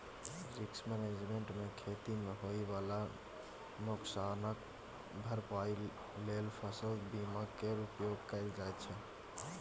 risk management मे खेती मे होइ बला नोकसानक भरपाइ लेल फसल बीमा केर उपयोग कएल जाइ छै